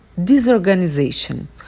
disorganization